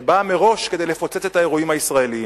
שבאה מראש כדי לפוצץ את האירועים הישראליים,